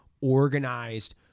organized